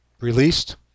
released